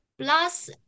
Plus